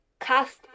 cast